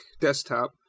desktop